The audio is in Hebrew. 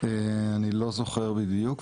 אני לא זוכר בדיוק,